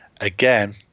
again